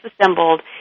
disassembled